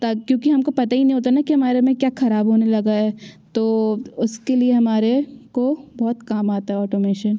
ता क्योंकि हमको पता ही नहीं होता न कि हमारे में क्या खराब होने लगा है तो उसके लिए हमारे को बहुत काम आता है ऑटोमेशन